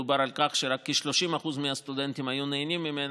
דובר על כך שרק כ-30% מהסטודנטים ייהנו ממנה,